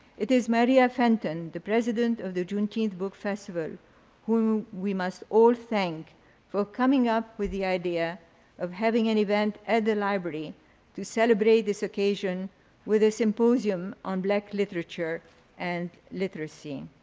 it is maria fenton, the president of the juneteenth book festival who we must all thank for coming up with the idea of having an event at the library to celebrate this occasion with a symposium on black literature and literacy.